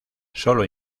sólo